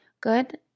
good